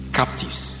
captives